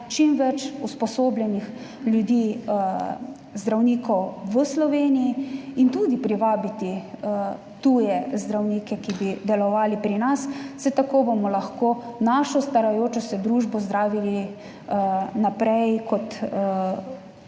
čim več usposobljenih ljudi, zdravnikov v Sloveniji, in tudi privabiti tuje zdravnike, ki bi delovali pri nas. Tako bomo lahko našo starajočo se družbo zdravili naprej in ji